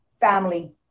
family